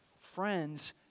Friends